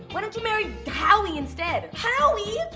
why don't you marry howie instead? howie,